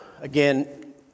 Again